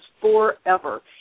forever